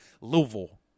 Louisville